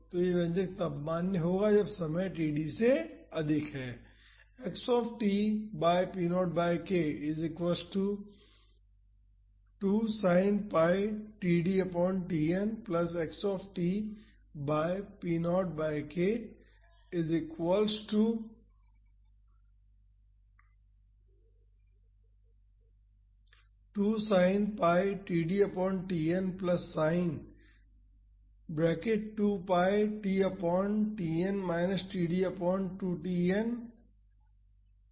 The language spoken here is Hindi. तो यह व्यंजक तब मान्य होता है जब समय td से अधिक हो